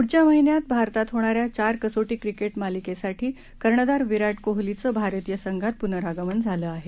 पुढच्यामहिन्यातभारतातहोणाऱ्याचारकसोटीक्रिकेटमालिकेसाठीकर्णधारविराटकोहलीचंभारतीयसंघातपुनरागमनझालंआहे